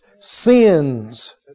sins